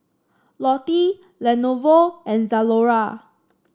Lotte Lenovo and Zalora